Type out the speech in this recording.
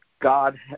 God